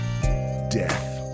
death